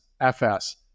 fs